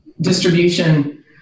distribution